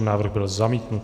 Návrh byl zamítnut.